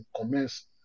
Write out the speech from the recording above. commence